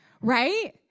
right